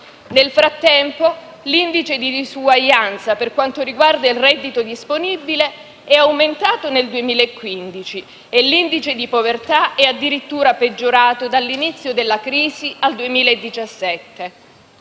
Nel frattempo l'indice di disuguaglianza per quanto riguarda il reddito disponibile è aumentato nel 2015 e l'indice di povertà assoluta è addirittura peggiorato dall'inizio della crisi al 2017.